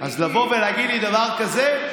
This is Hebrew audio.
אז לבוא ולהגיד לי דבר כזה?